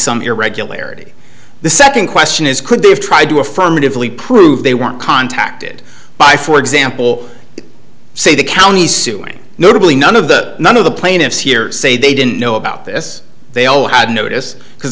some irregularity the second question is could they have tried to affirmatively prove they weren't contacted by for example say the county suing notably none of the none of the plaintiffs here say they didn't know about this they all had notice because